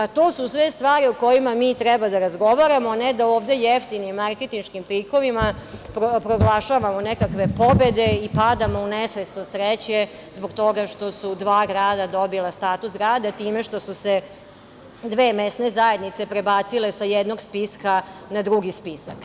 To su sve stvari o kojima mi treba da razgovaramo, a ne da ovde jeftinim marketinškim trikovima proglašavamo nekakve pobede i padamo u nesvest od sreće zbog toga što su dva grada dobila status grada, time što su se dve mesne zajednice prebacile sa jednog spiska na drugi spisak.